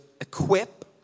equip